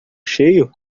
cheio